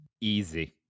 Easy